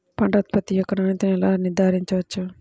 పంట ఉత్పత్తి యొక్క నాణ్యతను ఎలా నిర్ధారించవచ్చు?